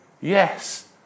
Yes